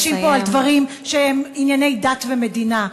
לא מבקשים פה דברים שהם ענייני דת ומדינה.